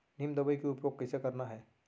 नीम दवई के उपयोग कइसे करना है?